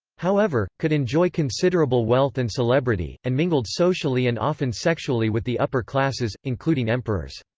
however, could enjoy considerable wealth and celebrity, and mingled socially and often sexually with the upper classes, including emperors.